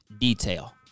detail